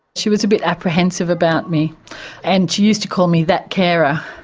she was a bit apprehensive about me and she used to call me that carer.